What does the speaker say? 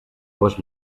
gos